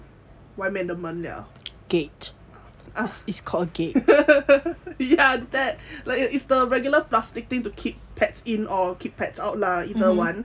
外面的门 ya that is the regular plastic thing to keep pets in or keep pets out lah either one